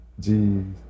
Jeez